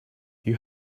you